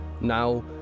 now